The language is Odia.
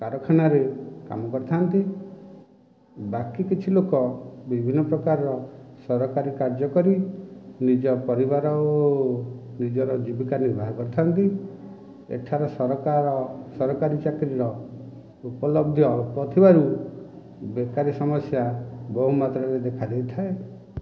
କାରଖାନାରେ କାମ କରିଥାନ୍ତି ବାକି କିଛି ଲୋକ ବିଭିନ୍ନ ପ୍ରକାରର ସରକାରୀ କାର୍ଯ୍ୟ କରି ନିଜ ପରିବାର ଓ ନିଜର ଜୀବିକା ନିର୍ବାହ କରିଥାନ୍ତି ଏଠାରେ ସରକାର ସରକାରୀ ଚାକିରୀର ଉପଲବ୍ଧ ଅଳ୍ପ ଥିବାରୁ ବେକାରୀ ସମସ୍ୟା ବହୁମାତ୍ରାରେ ଦେଖାଦେଇଥାଏ